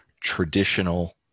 traditional